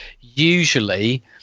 usually